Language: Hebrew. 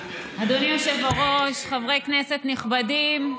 אדוני היושב-ראש, חברי כנסת נכבדים,